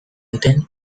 duten